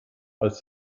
als